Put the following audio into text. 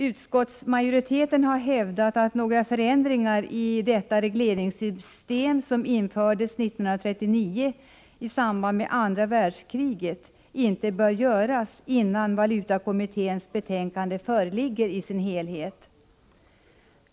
Utskottsmajoriteten har hävdat att några förändringar i det regleringssystem som infördes 1939 i samband med andra världskriget inte bör göras innan valutakommitténs betänkande föreligger i sin helhet.